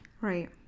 Right